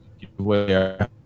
giveaway